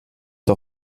der